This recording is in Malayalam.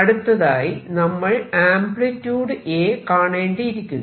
അടുത്തതായി നമ്മൾ ആംപ്ലിട്യൂഡ് A കാണേണ്ടിയിരിക്കുന്നു